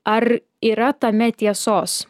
ar yra tame tiesos